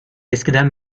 eskiden